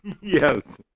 Yes